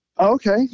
Okay